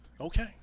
Okay